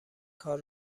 کار